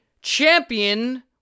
champion